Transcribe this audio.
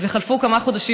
וחלפו כמה חודשים,